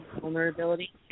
vulnerability